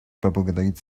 поблагодарить